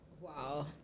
Wow